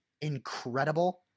incredible